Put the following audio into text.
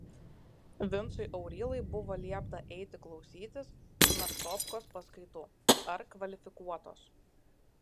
vincui aurylai buvo liepta eiti klausytis nastopkos paskaitų ar kvalifikuotos